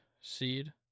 seed